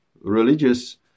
religious